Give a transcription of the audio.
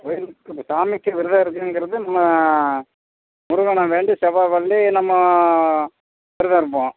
கோவிலு இ சாமிக்கு விரதறதுங்கிறது நம்ம முருகனை வேண்டி செவ்வாய் வண்டி நம்ம விரதம் இருப்போம்